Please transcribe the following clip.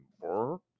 work